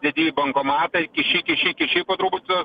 dedi į bankomatą ir kiši kiši kiši po truputį